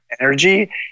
energy